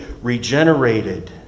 regenerated